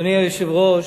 אדוני היושב-ראש,